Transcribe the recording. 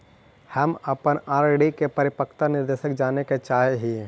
हम अपन आर.डी के परिपक्वता निर्देश जाने के चाह ही